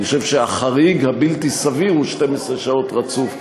אני חושב שהחריג הבלתי-סביר הוא 12 שעות רצוף,